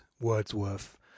Wordsworth